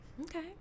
okay